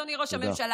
אדוני ראש הממשלה,